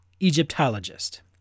Egyptologist